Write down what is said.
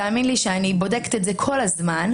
תאמין לי שאני בודקת את זה כל הזמן.